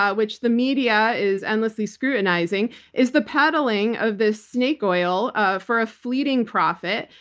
ah which the media is endlessly scrutinizing, is the pedaling of this snake oil ah for a fleeting profit,